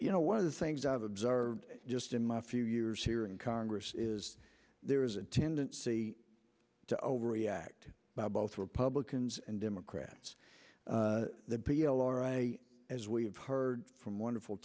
you know one of the things i've observed just in my few years here in congress is there is a tendency to overreact by both republicans and democrats p l r a as we've heard from wonderful